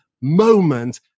moment